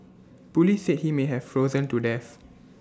Police said he may have frozen to death